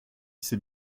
c’est